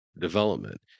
development